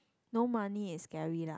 no money is scary lah